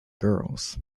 girls